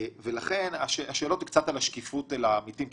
לכן השאלות הן על השקיפות לעמיתים,